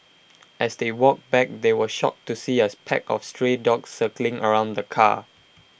as they walked back they were shocked to see as pack of stray dogs circling around the car